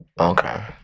okay